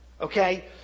Okay